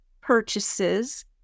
purchases